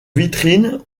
vitrines